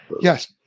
yes